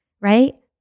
right